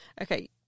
Okay